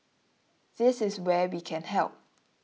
this is where we can help